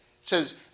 says